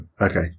okay